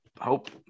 hope